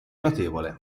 notevole